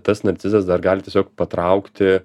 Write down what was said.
tas narcizas dar gali tiesiog patraukti